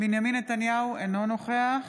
בנימין נתניהו, אינו נוכח